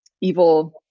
evil